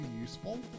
useful